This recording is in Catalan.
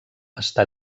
està